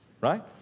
right